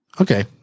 Okay